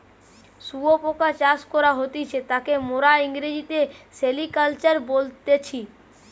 শুয়োপোকা চাষ করা হতিছে তাকে মোরা ইংরেজিতে সেরিকালচার বলতেছি